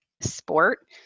sport